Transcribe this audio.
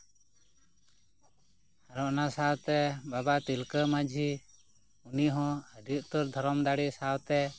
ᱟᱨᱚ ᱚᱱᱟ ᱥᱟᱶᱛᱮ ᱵᱟᱵᱟ ᱛᱤᱞᱠᱟᱹ ᱢᱟᱺᱡᱷᱤ ᱩᱱᱤ ᱦᱚᱸ ᱟᱹᱰᱤ ᱩᱛᱟᱹᱨ ᱫᱷᱚᱨᱚᱢ ᱫᱟᱲᱮ ᱥᱟᱶᱛᱮ